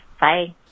Bye